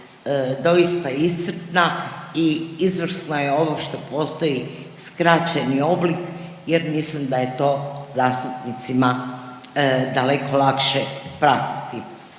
doista iscrpna i izvrsno je ovo što postoji skraćeni oblik jer mislim da je to zastupnicima daleko lakše pratiti.